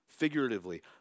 Figuratively